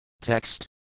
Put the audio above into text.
Text